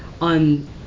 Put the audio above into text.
on